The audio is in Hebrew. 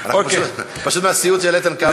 פשוט, מהסיוט של איתן כבל.